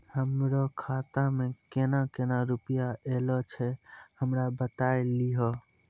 हमरो खाता मे केना केना रुपैया ऐलो छै? हमरा बताय लियै?